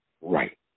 right